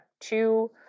two